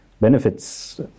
benefits